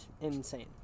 insane